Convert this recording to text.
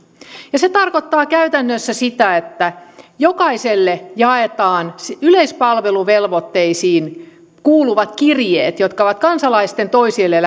se tarkoittaa käytännössä sitä että jokaiselle jaetaan yleispalveluvelvoitteisiin kuuluvat kirjeet jotka ovat kansalaisten toisilleen